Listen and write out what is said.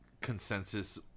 consensus